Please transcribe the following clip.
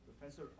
Professor